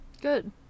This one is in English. Good